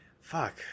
Fuck